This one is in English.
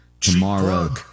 tomorrow